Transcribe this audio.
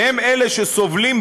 שהם אלה שסובלים,